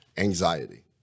anxiety